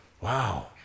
wow